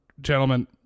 gentlemen